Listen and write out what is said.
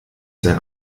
sein